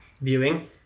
viewing